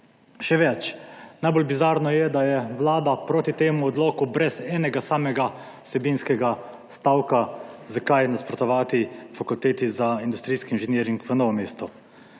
Še več, najbolj bizarno je, da je vlada proti temu odloku brez enega samega vsebinskega stavka zakaj nasprotovati Fakulteti za industrijski inženiring v Novem mestu.